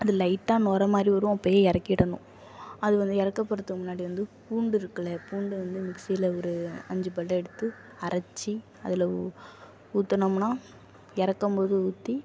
அது லைட்டாக நூர மாதிரி வரும் அப்போயே இறக்கிடணும் அது வந்து இறக்க போகிறதுக்கு முன்னாடி வந்து பூண்டு இருக்குதுல்லையா பூண்டை வந்து மிக்சீயில் ஒரு அஞ்சு பல்லு எடுத்து அரைச்சி அதில் ஊ ஊற்றுனமுனா இறக்கம் போது ஊற்றி